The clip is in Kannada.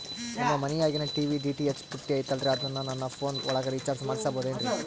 ನಮ್ಮ ಮನಿಯಾಗಿನ ಟಿ.ವಿ ಡಿ.ಟಿ.ಹೆಚ್ ಪುಟ್ಟಿ ಐತಲ್ರೇ ಅದನ್ನ ನನ್ನ ಪೋನ್ ಒಳಗ ರೇಚಾರ್ಜ ಮಾಡಸಿಬಹುದೇನ್ರಿ?